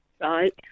right